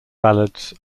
ballads